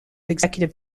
executive